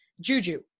Juju